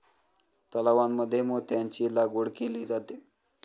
तलावांमध्ये मोत्यांची लागवड केली जाते